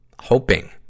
hoping